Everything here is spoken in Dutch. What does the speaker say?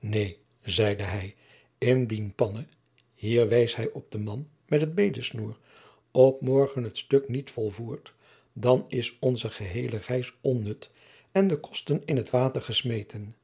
neen zeide hij indien panne hier wees hij op den man met het bedesnoer op morgen het stuk niet volvoert dan is onze geheele reis onnut en de kosten in t water gesmeten